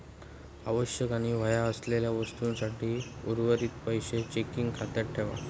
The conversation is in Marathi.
आवश्यक आणि हव्या असलेल्या वस्तूंसाठी उर्वरीत पैशे चेकिंग खात्यात ठेवा